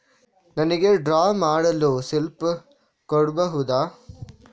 ನನಿಗೆ ಡ್ರಾ ಮಾಡಲು ಸ್ಲಿಪ್ ಕೊಡ್ಬಹುದಾ?